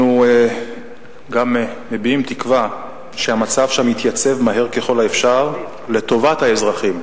אנחנו גם מביעים תקווה שהמצב שם יתייצב מהר ככל האפשר לטובת האזרחים,